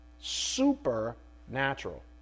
Supernatural